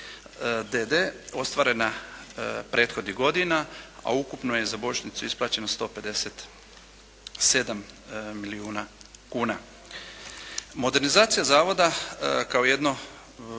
d.d. ostvarena prethodnih godina, a ukupno je za božićnicu isplaćeno 157 milijuna kuna. Modernizacija Zavoda kao jedno